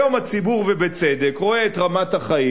היום הציבור, ובצדק, רואה את רמת החיים,